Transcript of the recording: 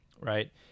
Right